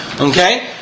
Okay